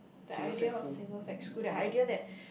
the idea of single sex school the idea that